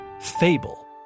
fable